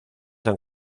han